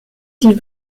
die